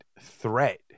threat